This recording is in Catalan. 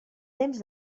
temps